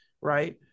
right